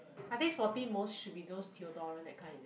I think forty most should be those deodorant that kind is it